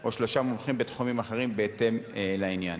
או שלושה מומחים בתחומים אחרים, בהתאם לעניין.